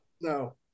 No